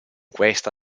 questa